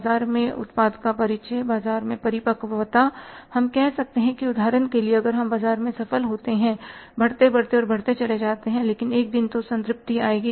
बाजार में उत्पाद का परिचय बाजार में परिपक्वता हम कह सकते हैं कि उदाहरण के लिए अगर हम बाजार में सफल होते हैंबढ़ते बढ़ते और बढ़ते चले जाते हैं लेकिन एक दिन तो संतृप्ति आएगी